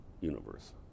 Universe